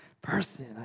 person